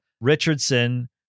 Richardson